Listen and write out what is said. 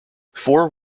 four